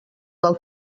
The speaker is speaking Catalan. del